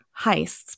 heists